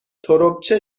تربچه